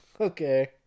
okay